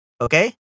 Okay